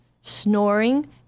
snoring